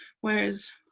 whereas